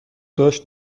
داشت